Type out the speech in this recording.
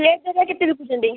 plate ଏକା କେତେ ବିକୁଛନ୍ତି